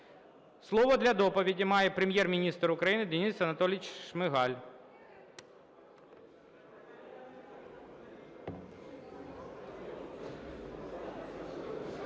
Слово для доповіді має Прем'єр-міністр України Денис Анатолійович Шмигаль.